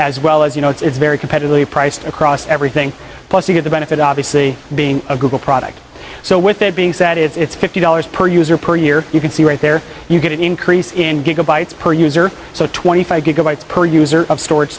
as well as you know it's very competitive price across everything plus you get the benefit obviously being a google product so with that being said it's fifty dollars per user per year you can see right there you get an increase in gigabytes per user so twenty five gigabytes per user of stor